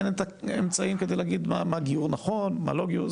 אין את האמצעים כדי להגיד מה גיור נכון ומה לא גיור נכון.